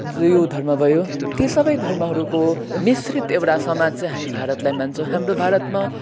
Jews धर्म भयो ती सबै धर्महरूको मिश्रित एउटा समाज चाहिँ हामी भारतलाई मान्छौँ हाम्रो भारतमा